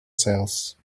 sails